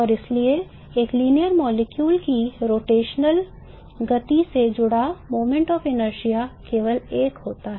और इसलिए एक रैखिक अणु की रोटेशनल गति से जुड़ा moment of inertia केवल एक होता है